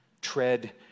Tread